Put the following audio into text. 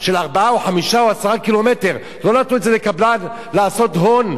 לא נתנו את זה לקבלן לעשות הון, ושהציבור פה יחכה.